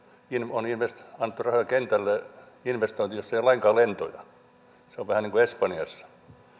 on annettu rahoja investointiin kentälle jossa ei ole lainkaan lentoja se on vähän niin kuin espanjassa